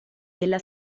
della